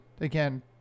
again